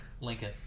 Lincoln